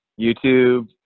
YouTube